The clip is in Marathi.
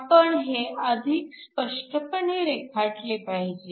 आपण हे अधिक स्पष्टपणे रेखाटले पाहिजे